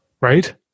right